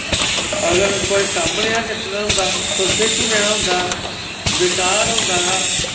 अगर कोई कम्म नेंई ही कीते दा होंदा कोई किश बी नेंई हा होंदा बेकार होंदा हा